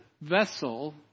vessel